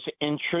intrusive